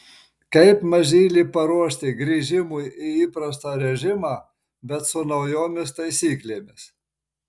kaip mažylį paruošti grįžimui į įprastą režimą bet su naujomis taisyklėmis